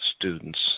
students